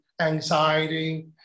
anxiety